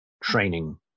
training